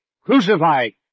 Crucified